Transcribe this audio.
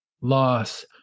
loss